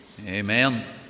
Amen